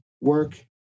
work